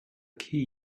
key